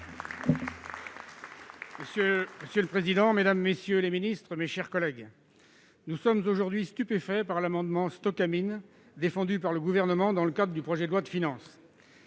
Monsieur le président, mesdames, messieurs les ministres, mes chers collègues, nous sommes stupéfaits par l'amendement « StocaMine » défendu par le Gouvernement dans le cadre de l'examen du projet de loi de finances.